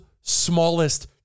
smallest